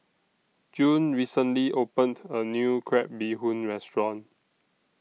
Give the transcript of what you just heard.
June recently opened A New Crab Bee Hoon Restaurant